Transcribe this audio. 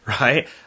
Right